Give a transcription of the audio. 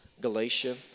Galatia